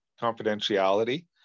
confidentiality